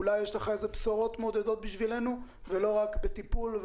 אולי יש לך בשורות מעודדות בשבילנו ולא רק "בטיפול",